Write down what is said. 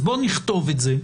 אז בוא נכתוב את זה,